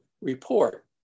report